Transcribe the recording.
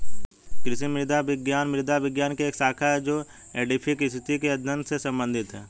कृषि मृदा विज्ञान मृदा विज्ञान की एक शाखा है जो एडैफिक स्थिति के अध्ययन से संबंधित है